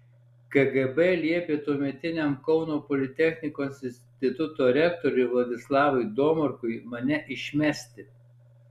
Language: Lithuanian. kgb liepė tuometiniam kauno politechnikos instituto rektoriui vladislavui domarkui mane išmesti